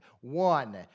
One